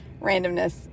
randomness